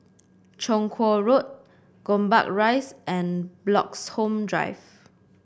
Chong Kuo Road Gombak Rise and Bloxhome Drive